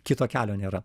kito kelio nėra